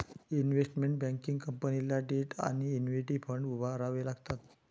investment banking कंपनीला debt आणि equity fund उभारावे लागतात